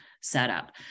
setup